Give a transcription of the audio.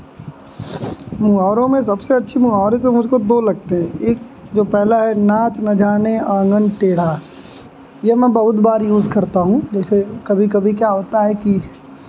मुहावरों में सबसे अच्छी मुहावरे तो मुझको दो लगते हैं एक जो पहला है नाच ना जाने आंगन टेढ़ा ये मैं बहुत बार यूज़ करता हूँ जैसे कभी कभी क्या होता है कि